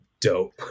dope